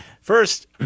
first